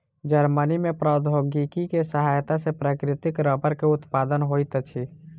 Germany में प्रौद्योगिकी के सहायता सॅ प्राकृतिक रबड़ के उत्पादन होइत अछि